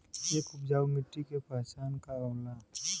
एक उपजाऊ मिट्टी के पहचान का होला?